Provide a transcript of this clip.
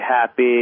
happy